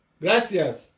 Gracias